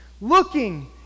looking